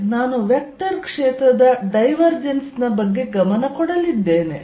ನಾನು ವೆಕ್ಟರ್ ಕ್ಷೇತ್ರದ ಡೈವರ್ಜೆನ್ಸ್ ನ ಬಗ್ಗೆ ಗಮನ ಕೊಡಲಿದ್ದೇನೆ